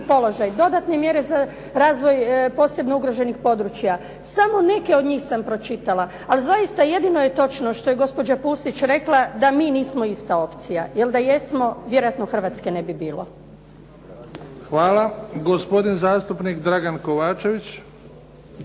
položaj, dodatne mjere za razvoj posebno ugroženih područja. Samo neke od njih sam pročitala, ali zaista jedino je točno što je gospođa Pusić rekla da mi nismo ista opcija, jer da jesmo vjerojatno Hrvatske ne bi bilo. **Bebić, Luka (HDZ)** Hvala. Gospodin zastupnik Dragan Kovačević.